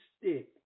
stick